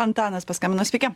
antanas paskambino sveiki